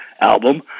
album